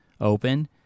open